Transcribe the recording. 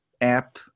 app